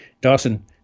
Dawson